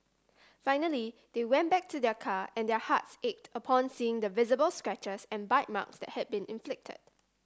finally they went back to their car and their hearts ached upon seeing the visible scratches and bite marks that had been inflicted